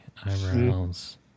eyebrows